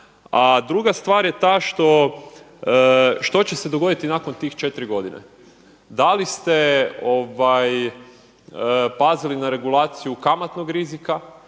A druga stvar je ta što će se dogoditi nakon tih 4 godine. Da li ste pazili na regulaciju kamatnog rizika,